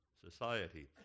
society